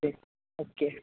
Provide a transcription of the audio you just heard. ठीक ओके